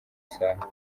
saha